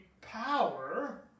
power